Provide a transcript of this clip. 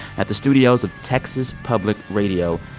at the studios of texas public radio.